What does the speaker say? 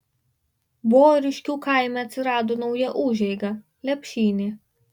voriškių kaime atsirado nauja užeiga lepšynė